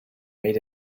made